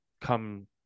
come